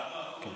אנחנו אחרונים.